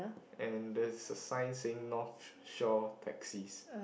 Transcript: and there is a sign saying North Shore taxis